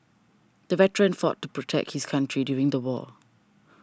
the veteran fought to protect his country during the war